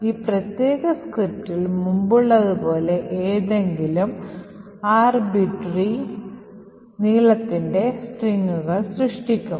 ഈ പ്രത്യേക സ്ക്രിപ്റ്റിൽ മുമ്പുള്ളതുപോലെ ഏതെങ്കിലും അനിയന്ത്രിതമായ നീളത്തിന്റെ സ്ട്രിംഗുകൾ സൃഷ്ടിക്കും